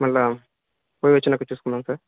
మళ్ళీ వచ్చాక చూసుకుందాం సార్